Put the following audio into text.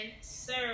serve